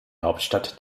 hauptstadt